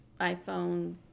iPhone